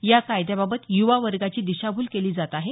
या कायद्याबाबत युवा वर्गाची दिशाभूल केली जात आहे